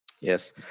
yes